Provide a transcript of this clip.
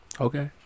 Okay